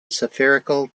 spherical